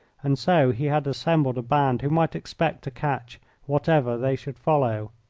and so he had assembled a band who might expect to catch whatever they should follow.